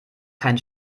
keinen